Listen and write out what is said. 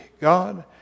God